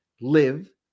live